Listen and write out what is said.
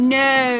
no